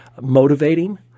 motivating